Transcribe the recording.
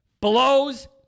blows